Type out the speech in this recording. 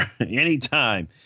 anytime